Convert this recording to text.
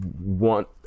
want